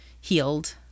healed